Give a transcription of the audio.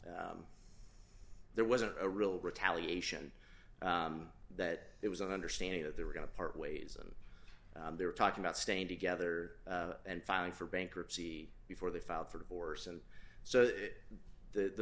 was there wasn't a real retaliation that it was an understanding that they were going to part ways and they were talking about staying together and filing for bankruptcy before they filed for divorce and so that the